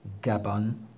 Gabon